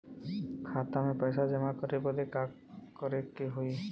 खाता मे पैसा जमा करे बदे का करे के होई?